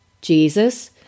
Jesus